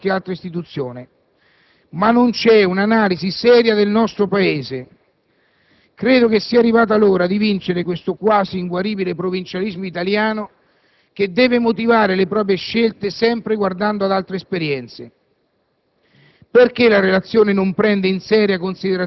le raccomandazioni del solito Consiglio d'Europa e di qualche altra istituzione, ma non c'è un'analisi seria del nostro Paese. Credo sia arrivata l'ora di vincere questo quasi inguaribile provincialismo italiano che deve motivare le proprie scelte sempre guardando ad altre esperienze.